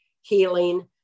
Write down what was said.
healing